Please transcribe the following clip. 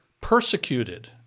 persecuted